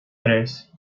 tres